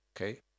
Okay